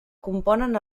componen